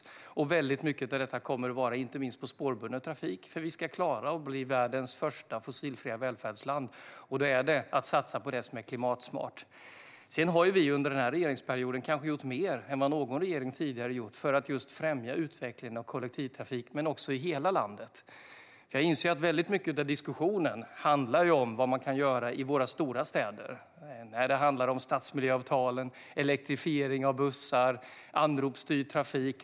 Mycket av investeringarna kommer att vara i inte minst spårbunden trafik. För att vi ska klara att bli världens första fossilfria välfärdsland gäller det att satsa på det som är klimatsmart. Vi har under vår regeringsperiod kanske gjort mer än vad någon regering tidigare har gjort för att just främja utvecklingen av kollektivtrafik, och i hela landet. Jag inser att mycket av diskussionen handlar om vad vi kan göra i våra stora städer när det handlar om stadsmiljöavtalen, elektrifiering av bussar och anropsstyrd trafik.